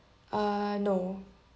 uh no